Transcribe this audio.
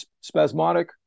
spasmodic